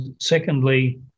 secondly